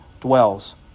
dwells